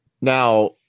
Now